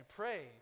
pray